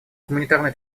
гуманитарной